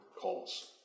calls